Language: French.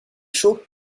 chaud